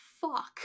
fuck